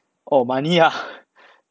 oh money lah